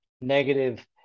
negative